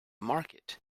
market